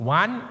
one